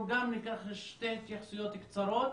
אנחנו ניקח עוד שתי התייחסויות קצרות,